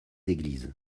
églises